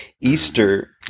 Easter